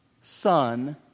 Son